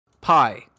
Pi